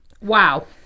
Wow